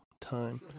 time